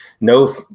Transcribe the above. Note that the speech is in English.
no